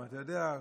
אתה יודע,